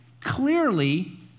clearly